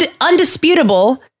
undisputable